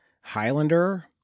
Highlander